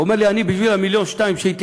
הוא אומר לי: אני, בשביל המיליון-שניים שהתייעלתי,